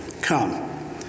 come